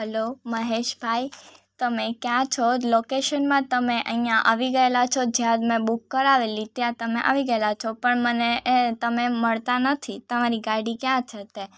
hello Maheshbhai તમે ક્યાં છો લોકેશનમાં તમે અહીંયા આવી ગયેલા છો જ્યાં મેં બુક કરાવેલી ત્યાં તમે આવી ગયેલા છો પણ મને એ તમે મળતા નથી તમારી ગાડી ક્યાં છે અત્યારે